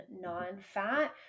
non-fat